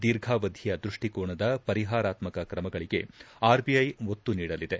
ದೀರ್ಘಾವಧಿಯ ದೃಷ್ಟಿಕೋನದ ಪರಿಹಾರಾತ್ಮ ಕ್ರಮಗಳಿಗೆ ಆರ್ಬಿಐ ಒತ್ತು ನೀಡಲಿದೆ